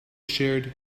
shared